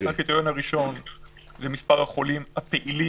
הקריטריון הראשון הוא מס' החולים הפעילים,